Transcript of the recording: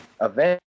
Event